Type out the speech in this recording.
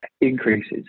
increases